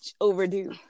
overdue